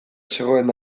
zegoen